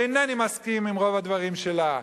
שאינני מסכים עם רוב הדברים שלה,